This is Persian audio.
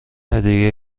هدیه